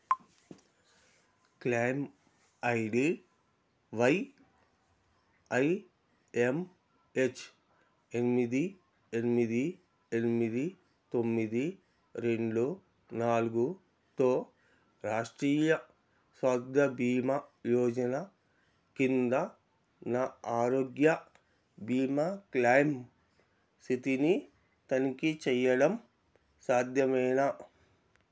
claim ID YIMH ఎనిమిది ఎనిమిది ఎనిమిది తొమ్మిది రెండు నాలుగుతో రాష్ట్రీయ స్వగ్గ భీమా యోజన కింద నా ఆరోగ్య భీమా క్లైమ్ స్థితిని తనిఖీ చేయడం సాధ్యమేనా